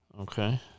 Okay